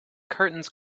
curtains